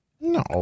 No